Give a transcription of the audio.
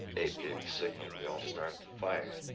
abe gave the signal, we all started to fire.